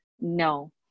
no